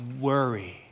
worry